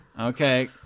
Okay